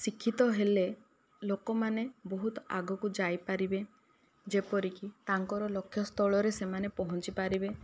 ଶିକ୍ଷିତ ହେଲେ ଲୋକମାନେ ବହୁତ ଆଗକୁ ଯାଇପାରିବେ ଯେପରିକି ତାଙ୍କର ଲକ୍ଷ୍ୟ ସ୍ଥଳରେ ସେମାନେ ପହଁଞ୍ଚି ପାରିବେ